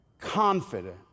Confident